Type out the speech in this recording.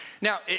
Now